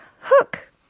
hook